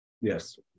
Yes